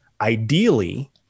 ideally